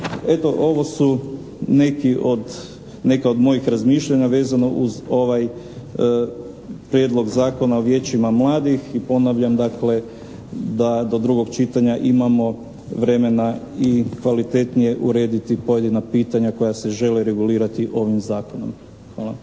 Eto, ovo su neka od mojih razmišljanja vezano uz ovaj Prijedlog zakona o vijećima mladih. I ponavljam dakle da do drugog čitanja imamo vremena i kvalitetnije urediti pojedina pitanja koja se žele regulirati ovim zakonom. Hvala.